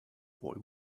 boy